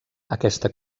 aquesta